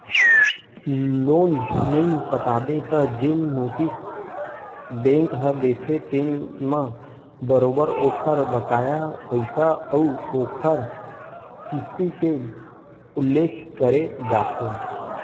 loan नइ पटाबे त जेन नोटिस बेंक ह देथे तेन म बरोबर ओखर बकाया पइसा अउ ओखर किस्ती के उल्लेख करे जाथे